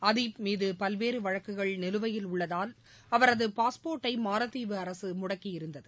அதீப் மீது பல்வேறு வழக்குகள் நிலுவையில் உள்ளதால் அவரது பாஸ்போர்ட்டை மாலத்தீவு அரசு முடக்கியிருந்தது